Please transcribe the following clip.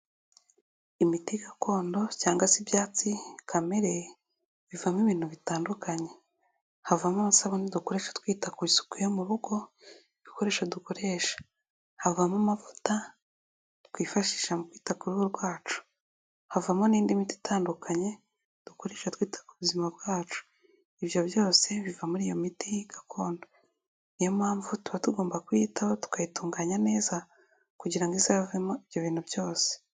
Imiti gakondo cyangwa se ibyatsi kamere bivamo ibintu bitandukanye. Havamo amasabune dukoresha twita ku isuku yo mu rugo, ibikoresho dukoresha. Havamo amavuta twifashisha mu kwita ku ruhu rwacu. Havamo n'indi miti itandukanye dukoresha twita ku buzima bwacu. Ibyo byose biva muri iyo miti gakondo, niyo mpamvu tuba tugomba kuyitaho tuyitunganya neza kugira ngo izavemo ibyo bintu byose.